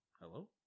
Hello